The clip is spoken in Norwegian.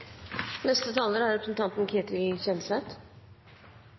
Neste taler er